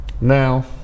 Now